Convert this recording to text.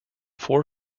four